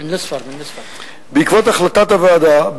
בעקבות החלטת הוועדה,